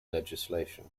legislation